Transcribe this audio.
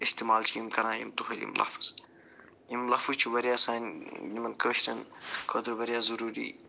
اِستعمال چھِ یِم کَران یِم دۄہَے یِم لفظ یِم لفظ چھِ وارِیاہ سانہِ یِمن کٲشرٮ۪ن خٲطرٕ وارِیاہ ضُروٗری